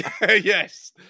Yes